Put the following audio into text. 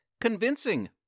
convincing